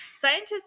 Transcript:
Scientists